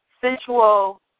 sensual